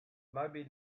maybe